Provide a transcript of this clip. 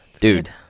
dude